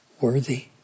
worthy